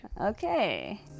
okay